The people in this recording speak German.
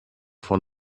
von